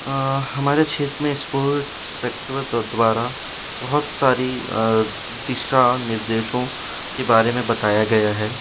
हमारे क्षेत्र में स्पोर्ट्स द्वारा बहुत सारी दिशा निर्देशों के बारे में बताया गया है